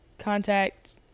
contact